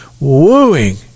wooing